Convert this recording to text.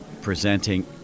presenting